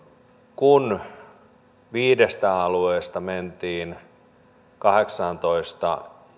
kun viidestä alueesta mentiin kahdeksaantoista